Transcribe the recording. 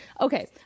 Okay